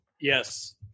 yes